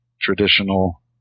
traditional